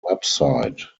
website